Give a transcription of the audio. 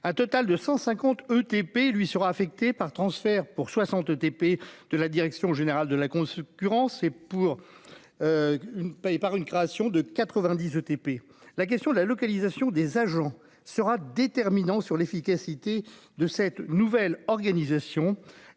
à total de 150 ETP lui sera affecté par transfert pour 60 ETP de la direction générale de la on se c'est pour une paye par une création de quatre-vingt-dix ETP, la question de la localisation des agents sera déterminant sur l'efficacité de cette nouvelle organisation,